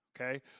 okay